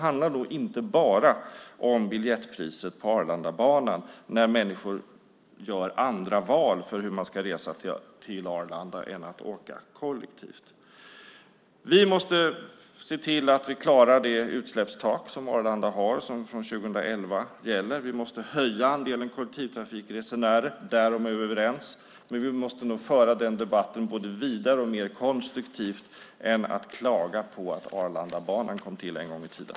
Det handlar alltså inte bara om biljettpriset på Arlandabanan när människor gör andra val för sin resa till Arlanda än att åka kollektivt. Vi måste se till att vi klarar det utsläppstak som Arlanda har och som gäller från 2011. Vi måste öka andelen kollektivtrafikresenärer. Därom är vi överens. Men vi måste nog föra den debatten både vidare och mer konstruktivt än att klaga på att Arlandabanan kom till en gång i tiden.